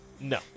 No